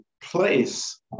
place